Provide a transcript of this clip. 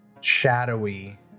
shadowy